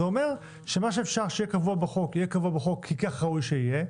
זה אומר שמה שאפשר שיהיה קבוע בחוק יהיה קבוע בחוק כי כך ראוי שיהיה,